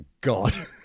God